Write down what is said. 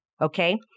okay